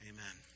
Amen